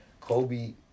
Kobe